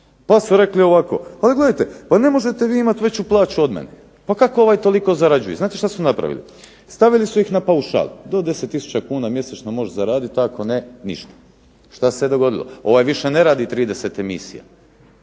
pa su rekli ovako gledajte, pa ne možete vi imat veću plaću od mene, pa kako ovaj toliko zarađuje. I znate što su napravili? Stavili su ih na paušal, do 10 tisuća kuna mjesečno možeš zaradit, ako ne, ništa. Šta se dogodilo, ovaj više ne radi 30 emisija